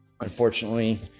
Unfortunately